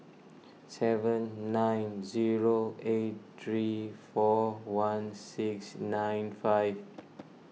seven nine zero eight three four one six nine five